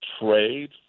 trade